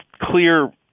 clear